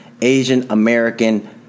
Asian-American